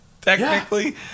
Technically